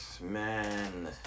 man